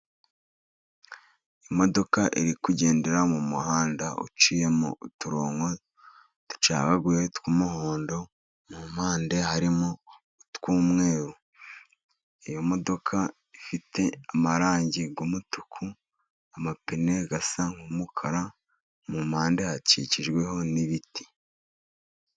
Imodoka iri kugendera mu muhanda uciyemo uturongonko ducagaguye tw'umuhondo, mu mpande harimo utw'umweru, iyo modoka ifite amarangi y'umutuku, amapine asa nk'umukara, mu mpande hakikijwe n'ibiti.